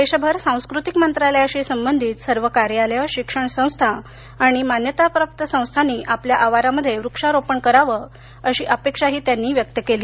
देशभर सांस्कृतिक मंत्रालयाशी संबंधित सर्व कार्यालयं शिक्षण संस्था आणि मान्याताप्राप्त संस्थांनी आपल्या आवारामध्ये वृक्षारोपण कराव अशी अपेक्षाही त्यांनी व्यक्त केली